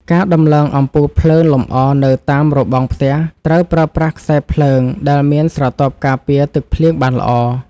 ការតម្លើងអំពូលភ្លើងលម្អនៅតាមរបងផ្ទះត្រូវប្រើប្រាស់ខ្សែភ្លើងដែលមានស្រទាប់ការពារទឹកភ្លៀងបានល្អ។